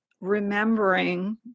remembering